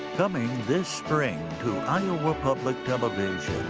coming this spring to iowa public television.